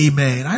Amen